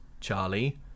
charlie